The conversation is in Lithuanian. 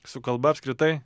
su kalba apskritai